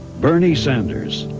bernie sanders.